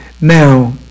Now